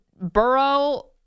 Burrow